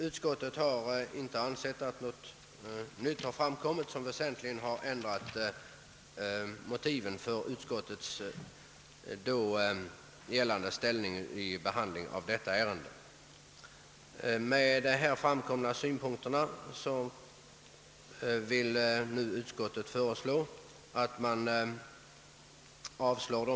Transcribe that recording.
Utskottet har inte ansett att sedan dess något nytt framkommit, som kunnat föranleda ett annat ställningstagande från utskottets sida.